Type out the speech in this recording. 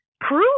prove